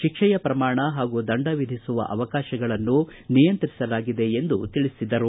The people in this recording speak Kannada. ಶಿಕ್ಷೆಯ ಪ್ರಮಾಣ ಹಾಗೂ ದಂಡ ವಿಧಿಸುವ ಅವಕಾಶಗಳನ್ನು ನಿಯಂತ್ರಿಸಲಾಗಿದೆ ಎಂದು ತಿಳಿಸಿದರು